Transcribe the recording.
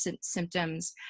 symptoms